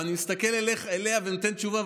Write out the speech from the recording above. אבל אני מסתכל אליה ונותן תשובה,